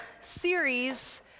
series